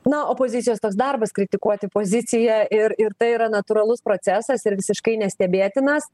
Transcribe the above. na opozicijos toks darbas kritikuoti poziciją ir ir tai yra natūralus procesas ir visiškai nestebėtinas